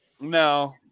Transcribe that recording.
No